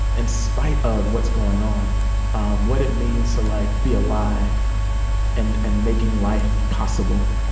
in spite of what's going on um what it means to like be alive and and making life possible,